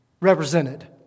represented